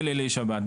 בליל שבת,